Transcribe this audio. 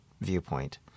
viewpoint